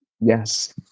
Yes